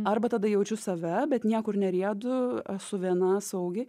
arba tada jaučiu save bet niekur neriedu esu viena saugi